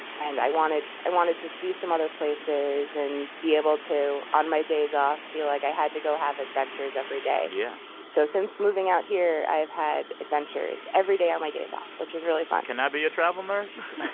and i wanted i wanted to see some other places and be able to, on my days off, feel like i had to go have adventures every day yeah so since moving out here, i have had adventures every day on my day off, which is really fun can i be a travel nurse?